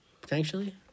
Potentially